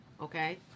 Okay